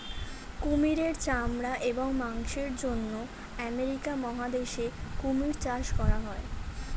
কুমিরের চামড়া এবং মাংসের জন্য আমেরিকা মহাদেশে কুমির চাষ করা হয়